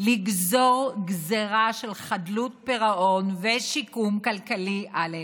לגזור גזרה של חדלות פירעון ושיקום כלכלי על אילת.